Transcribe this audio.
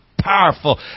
powerful